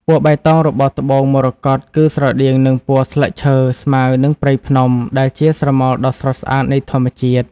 ពណ៌បៃតងរបស់ត្បូងមរកតគឺស្រដៀងនឹងពណ៌ស្លឹកឈើ ស្មៅ និងព្រៃភ្នំ ដែលជាស្រមោលដ៏ស្រស់ស្អាតនៃធម្មជាតិ។